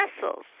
vessels